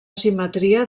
simetria